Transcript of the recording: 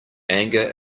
anger